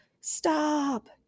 stop